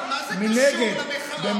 תגיד לי,